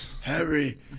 Harry